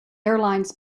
airlines